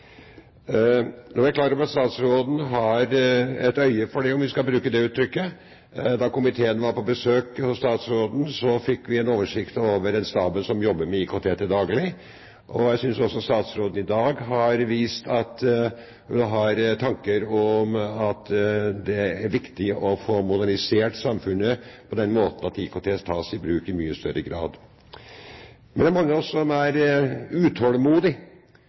Jeg er klar over at statsråden har et øye for det – om vi skal bruke det uttrykket. Da komiteen var på besøk hos statsråden, fikk vi en oversikt over den staben som jobber med IKT til daglig. Jeg synes også statsråden i dag har vist at hun har tanker om at det er viktig å få modernisert samfunnet på den måten at IKT tas i bruk i mye større grad. Men det er mange av oss som er